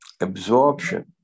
Absorption